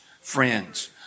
friends